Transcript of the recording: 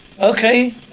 Okay